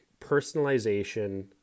personalization